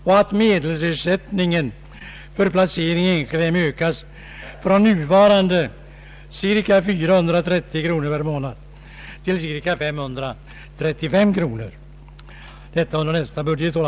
och att medelersättningen för placering i enskilda hem ökas från nuvarande 430 kr. per månad till ca 535 kr. per månad under nästa budgetår.